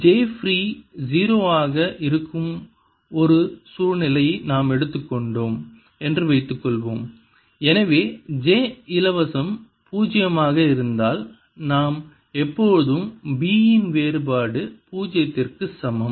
j free 0 ஆக இருக்கும் ஒரு சூழ்நிலையை நாம் எடுத்துக்கொண்டோம் என்று வைத்துக்கொள்வோம் எனவே j இலவசம் பூஜ்ஜியமாக இருந்தால் நான் எப்போதும் B இன் வேறுபாடு பூஜ்ஜியத்திற்கு சமம்